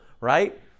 right